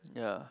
ya